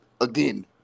again